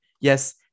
Yes